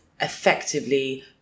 effectively